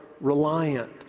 reliant